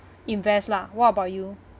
invest lah what about you